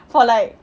for like